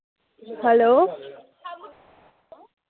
hello